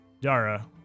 Dara